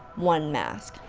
one mask.